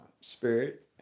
spirit